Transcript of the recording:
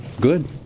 Good